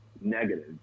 negative